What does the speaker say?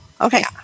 Okay